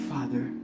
Father